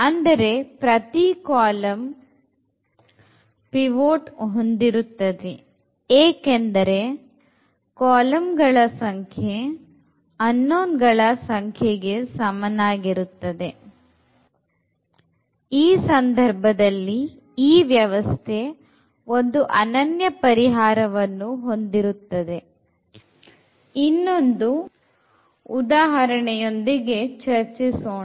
ಅಂದರೆ ಪ್ರತಿ column pivot ಹೊಂದಿರುತ್ತದೆ ಏಕೆಂದರೆ ಕಾಲಂಗಳ ಸಂಖ್ಯೆ unknownಗಳ ಸಂಖ್ಯೆಗೆ ಸಮನಾಗಿರುತ್ತದೆ ಈ ಸಂದರ್ಭದಲ್ಲಿ ಈ ವ್ಯವಸ್ಥೆ ಒಂದು ಅನನ್ಯ ಪರಿಹಾರವನ್ನು ಹೊಂದಿರುತ್ತದೆ ಇದರ ಬಗ್ಗೆ ಇನ್ನೊಂದು ಉದಾಹರಣೆಯೊಂದಿಗೆ ಚರ್ಚಿಸೋಣ